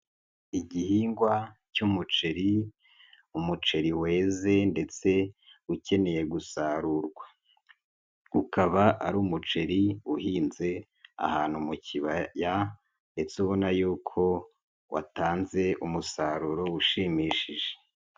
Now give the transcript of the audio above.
Igihingwa cy'umuceri, umuceri weze ndetse ukeneye gusarurwa, ukaba ari umuceri uhinze ahantu mu kibaya ndetse ubona y'uko watanze umusaruro ushimishije.